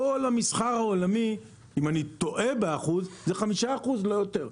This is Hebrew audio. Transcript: כל המסחר העולמי זה כ-5%, לא יותר.